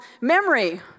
memory